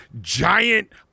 giant